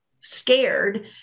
scared